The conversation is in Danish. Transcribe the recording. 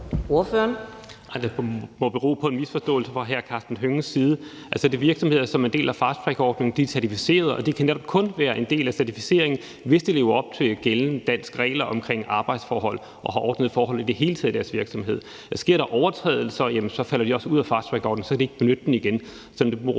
Det må bero på en misforståelse fra hr. Karsten Hønges side. Altså, det er virksomheder, som er en del af fasttrackordningen. De er certificeret, og de kan netop kun være en del af certificeringen, hvis de lever op til gældende danske regler om arbejdsforhold og i det hele taget har ordnede forhold i deres virksomhed. Sker overtrædelser, falder de også ud af fasttrackordningen, og så kan de ikke benytte den igen.